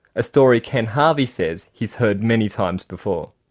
a story ken harvey says he's heard many times before.